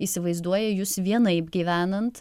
įsivaizduoja jus vienaip gyvenant